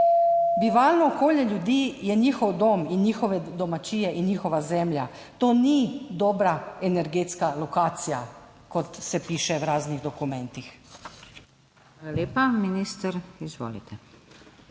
Bivalno okolje ljudi je njihov dom, in njihove domačije, in njihova zemlja. To ni dobra energetska lokacija, kot se piše v raznih dokumentih. PODPREDSEDNICA NATAŠA